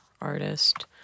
artist